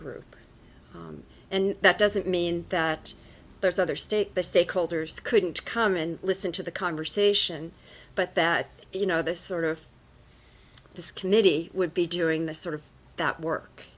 group and that doesn't mean that there's other stake the stakeholders couldn't come and listen to the conversation but that you know this sort of this committee would be doing the sort of that